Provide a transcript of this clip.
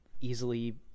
easily